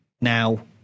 Now